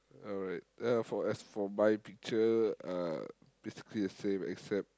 alright uh for as for my picture uh basically the same except